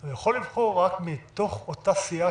הוא יכול לבחור רק מתוך אותה סיעה